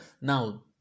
Now